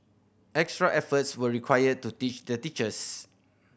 extra efforts were required to teach the teachers